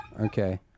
Okay